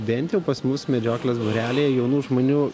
bent jau pas mus medžioklės būrelyje jaunų žmonių